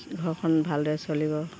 ঘৰখন ভালদৰে চলিব